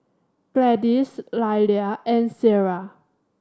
Gladys Lilia and Sierra